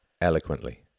eloquently